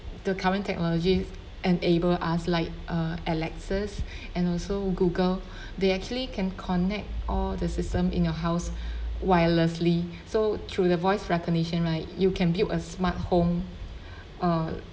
the current technologies enable us like uh Alexa and also Google they actually can connect all the system in your house wirelessly so through the voice recognition right you can build a smart home uh